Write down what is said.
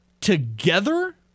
together